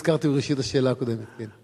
שאותם הזכרתי בראשית השאלה הקודמת, כן.